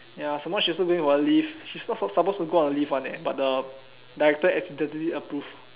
ya some more she also going on leave she not supposed to go on leave [one] eh but the director accidentally approve